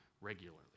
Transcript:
regularly